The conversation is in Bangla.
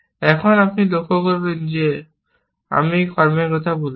এখন আপনি লক্ষ্য করবেন যে আমি যখন কর্মের কথা বলছি